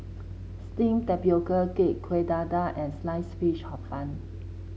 steamed Tapioca Cake Kueh Dadar and Sliced Fish Hor Fun